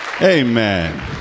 Amen